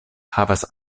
havas